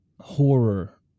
horror